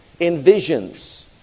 envisions